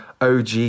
OG